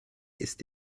ist